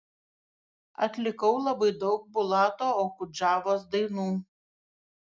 atlikau labai daug bulato okudžavos dainų